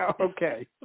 Okay